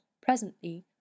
presently